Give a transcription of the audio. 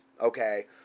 okay